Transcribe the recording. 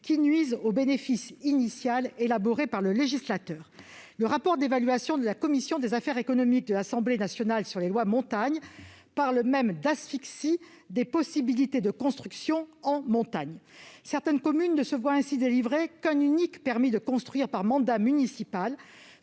qui nuisent au bénéfice initial établi par le législateur. Le rapport d'évaluation de la commission des affaires économiques de l'Assemblée nationale sur les lois Montagne évoque même une « asphyxie des possibilités de construction en montagne ». Certaines communes ne se voient ainsi délivrer qu'un unique permis de construire par mandat municipal,